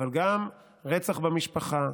אבל גם רצח במשפחה,